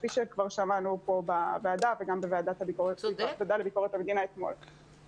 כפי שכבר שמענו פה בוועדה וגם בוועדה לענייני ביקורת המדינה אתמול,